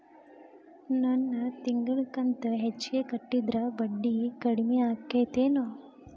ನನ್ ತಿಂಗಳ ಕಂತ ಹೆಚ್ಚಿಗೆ ಕಟ್ಟಿದ್ರ ಬಡ್ಡಿ ಕಡಿಮಿ ಆಕ್ಕೆತೇನು?